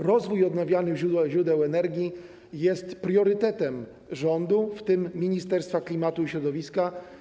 Rozwój odnawialnych źródeł energii jest priorytetem rządu, w tym Ministerstwa Klimatu i Środowiska.